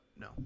no